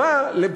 קשור לאזיקונים?